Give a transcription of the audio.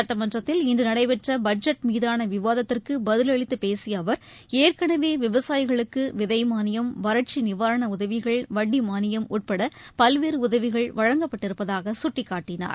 சுட்டமன்றத்தில் இன்று நடைபெற்ற பட்ஜெட் மீதான விவாதத்திற்கு பதில் அளித்து பேசிய அவர் ஏற்கனவே விவசாயிகளுக்கு விதை மானியம் வறட்சி நிவாரண உதவிகள் வட்டி மானியம் உட்பட பல்வேறு உதவிகள் வழங்கப்பட்டிருப்பதாக சுட்டிக்காட்டினார்